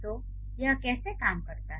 तो यह ऐसे काम करता है